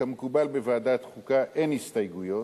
כמקובל בוועדת חוקה, אין הסתייגויות.